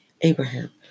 Abraham